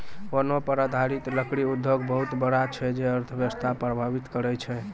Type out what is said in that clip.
वनो पर आधारित लकड़ी उद्योग बहुत बड़ा छै जे अर्थव्यवस्था के प्रभावित करै छै